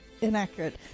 inaccurate